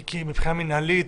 וכי מבחינה מינהלית?